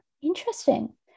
Interesting